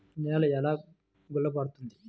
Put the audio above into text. నేల ఎలా గుల్లబారుతుంది?